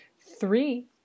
Three